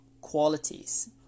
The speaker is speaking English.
qualities